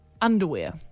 Underwear